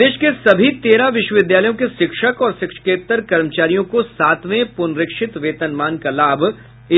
प्रदेश के सभी तेरह विश्वविद्यालयों के शिक्षक और शिक्षकेत्तर कर्मचारियों को सातवें पूनरीक्षित वेतनमान का लाभ